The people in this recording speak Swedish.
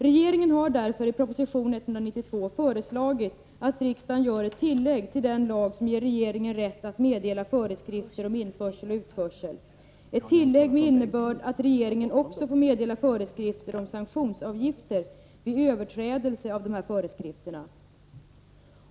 Regeringen har därför i proposition 192 föreslagit att riksdagen gör ett tillägg till den lag som ger regeringen rätt att meddela föreskrifter om införsel och utförsel, ett tillägg med innebörd att regeringen också får meddela föreskrifter om sanktionsavgifter vid överträdelse av de här föreskrifterna.